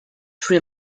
sri